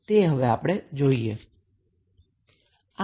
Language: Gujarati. તે હવે આપણે જોઈએ